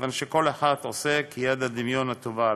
כיוון שכל אחד עושה כיד הדמיון הטובה עליו.